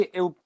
eu